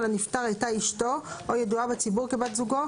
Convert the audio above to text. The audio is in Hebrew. הנפטר הייתה אשתו או ידוע בציבור או בת זוגו,